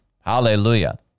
Hallelujah